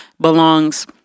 belongs